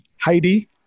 Heidi